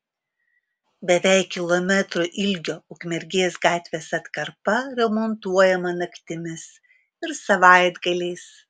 beveik kilometro ilgio ukmergės gatvės atkarpa remontuojama naktimis ir savaitgaliais